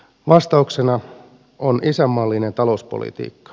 vastauksena on isänmaallinen talouspolitiikka